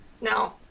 No